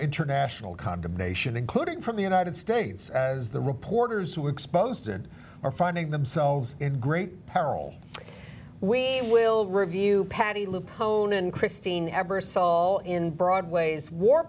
international condemnation including from the united states as the reporters who exposed it are finding themselves in great peril we will review patti lu pone and christine ebersole in broadway's war